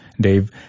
Dave